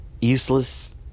useless